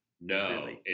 no